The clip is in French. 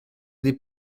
des